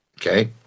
Okay